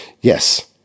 Yes